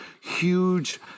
huge